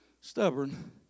stubborn